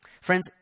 Friends